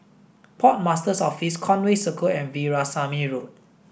Port Master's Office Conway Circle and Veerasamy Road